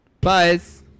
Buzz